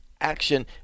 action